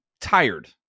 tired